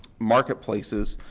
marketplaces.